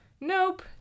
Nope